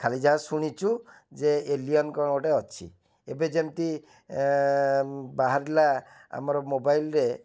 ଖାଲି ଯାହା ଶୁଣିଛୁ ଯେ ଏଲିୟନ୍ କ'ଣ ଗୋଟେ ଅଛି ଏବେ ଯେମିତି ବାହାରିଲା ଆମର ମୋବାଇଲରେ